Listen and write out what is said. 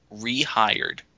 rehired